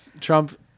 Trump